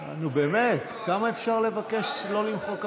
באמת, כמה אפשר לבקש לא למחוא כפיים?